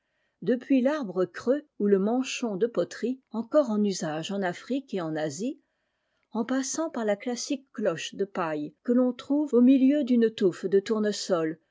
depuis l'arbre creux ou le manchon de poterie encore en usage en afrique et en asie en passant par la classique cloche de paille que l'on trouve au milieu d'une touffe de tournesols